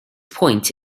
point